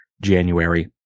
January